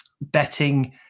betting